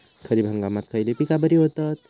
खरीप हंगामात खयली पीका बरी होतत?